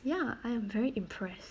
ya I am very impressed